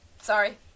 Sorry